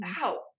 wow